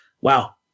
wow